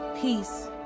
peace